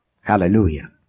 Hallelujah